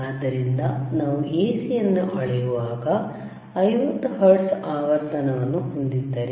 ಆದ್ದರಿಂದ ನಾವು AC ಅನ್ನು ಅಳೆಯುವಾಗ 50 ಹರ್ಟ್ಜ್ ಆವರ್ತನವನ್ನು ಹೊಂದಿದ್ದರೆ